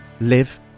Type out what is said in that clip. live